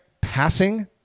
passing –